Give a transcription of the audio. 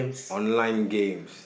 online games